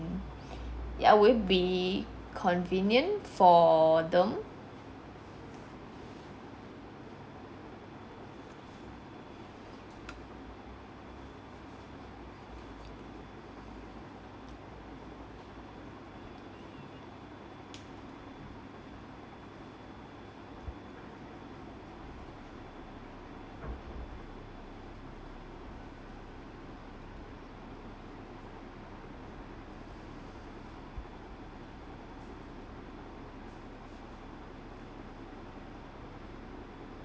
ya will it be convenient for them